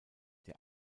der